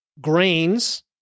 grains